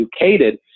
educated